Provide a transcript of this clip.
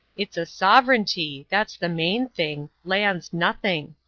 it's a sovereignty that's the main thing land's nothing.